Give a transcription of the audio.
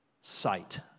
sight